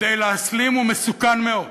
כדי להסלים הוא מסוכן מאוד.